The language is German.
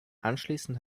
anschließend